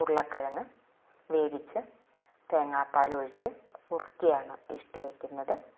ഉരുളക്കിഴങ്ങ് വേവിച്ച് തേങ്ങാപ്പാലൊഴിച്ചു കുറുക്കിയാണ് ഇഷ്ട്ടു വെക്കുന്നത്